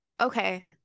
okay